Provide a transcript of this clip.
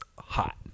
hot